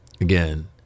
Again